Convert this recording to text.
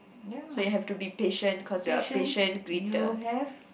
so you have to be patient cause you're a patient greeter